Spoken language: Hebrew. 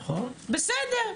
בסדר.